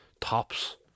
Tops